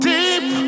Deep